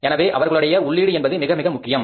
எனவே அவர்களுடைய உள்ளீடு என்பது மிக மிக முக்கியம்